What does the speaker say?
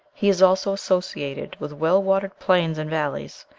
he is also associated with well-watered plains and valleys.